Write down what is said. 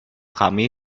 kami